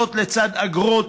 זאת לצד אגרות,